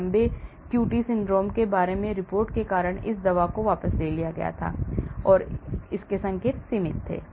लंबे QT syndrome के बारे में रिपोर्ट के कारण इस दवा को वापस ले लिया गया था या इसके संकेत सीमित थे